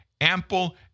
ample